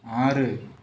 ஆறு